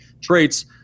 traits